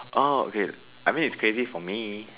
oh okay I mean it's crazy for me